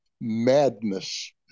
madness